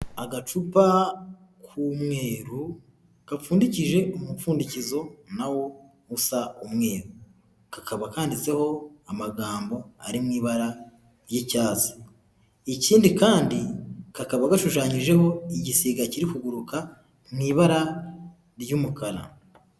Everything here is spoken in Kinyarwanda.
Agacupa k'umweru, gapfundikije umupfundikizo na wo usa umweru, kakaba kanditsweho amagambo ari mu ibara ry'icyatsi. Ikindi kandi, kakaba gashushanyijeho igisiga kiri kuguruka mu ibara ry'umukara